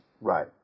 right